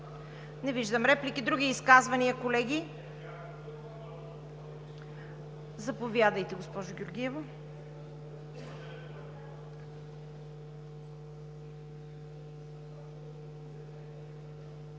Не виждам. Други изказвания, колеги? Заповядайте, госпожо Георгиева.